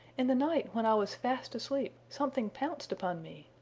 in the night when i was fast asleep something pounced upon me.